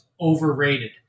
overrated